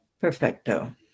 Perfecto